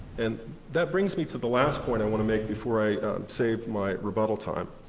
and that brings me to the last point i want to make before i save my rebuttal time.